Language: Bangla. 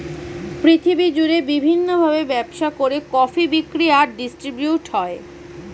পৃথিবী জুড়ে বিভিন্ন ভাবে ব্যবসা করে কফি বিক্রি আর ডিস্ট্রিবিউট হয়